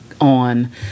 on